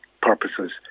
purposes